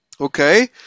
okay